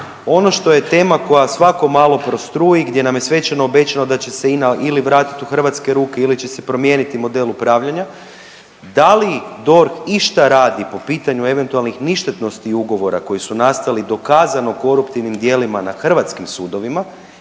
Ono što je tema koja svako malo prostruji gdje nam je svečano obećano da će se INA ili vratit u hrvatske ruke ili će se promijeniti model upravljanja, da li DORH išta radi po pitanju eventualnih ništetnosti ugovora koji su nastali dokazano koruptivnim djelima na hrvatskim sudovima